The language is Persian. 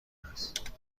است